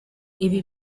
ibi